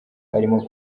arimo